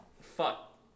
fuck